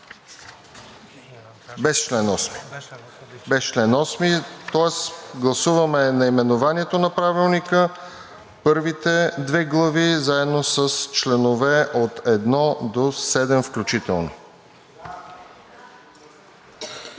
трета без чл. 8, тоест гласуваме наименованието на Правилника, първите две глави, заедно с членове от 1 до 7 включително.